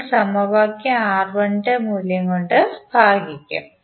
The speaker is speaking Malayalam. നിങ്ങൾ സമവാക്യം R1 ന്റെ മൂല്യം കൊണ്ട് ഭാഗിക്കും